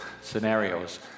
scenarios